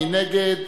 מי נגד?